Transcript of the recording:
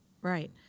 Right